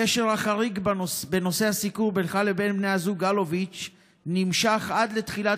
הקשר החריג בנושא הסיקור בינך לבין בני הזוג אלוביץ' נמשך עד לתחילת